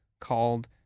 called